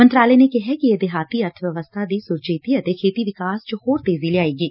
ਮੰਤਰਾਲੇ ਨੇ ਕਿਹੈ ਕਿ ਇਹ ਦੇਹਾਡੀ ਅਰਥ ਵਿਵਸਬਾ ਦੀ ਸਰਜੀਤੀ ਅਤੇ ਖੇਤੀ ਵਿਕਾਸ ਚ ਹੋਰ ਤੇਜ਼ੀ ਲਿਆਏਗੀ